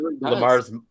Lamar's